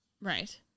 right